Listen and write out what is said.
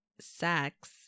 sex